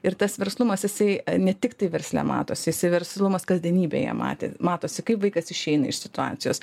ir tas verslumas jisai ne tiktai versle matosi jisai verslumas kasdienybėje matosi kaip vaikas išeina iš situacijos